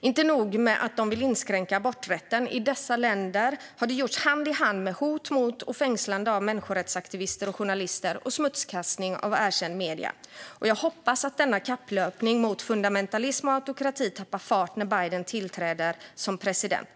Inte nog med att de vill inskränka aborträtten, i dessa länder har det gjorts hand i hand med hot mot och fängslanden av människorättsaktivister och journalister samt smutskastning av erkända medier. Jag hoppas att denna kapplöpning mot fundamentalism och autokrati tappar fart när Biden tillträder som president.